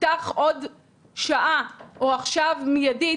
תפתח עוד שעה או עכשיו מיידית,